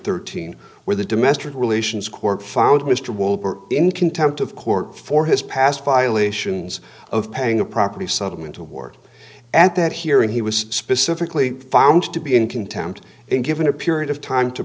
thirteen where the domestic relations court found mr wolf in contempt of court for his past violations of paying a property settlement award at that hearing he was specifically found to be in contempt and given a period of time to